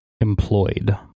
employed